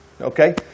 Okay